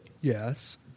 Yes